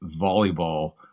volleyball